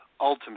Ultimate